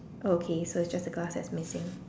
okay so just the glass that's missing